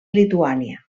lituània